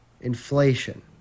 Inflation